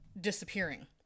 disappearing